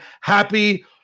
happy